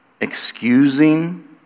excusing